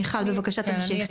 מיכל, בבקשה תמשיכי.